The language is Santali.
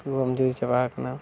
ᱪᱟᱵᱟ ᱟᱠᱟᱱᱟ